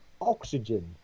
oxygen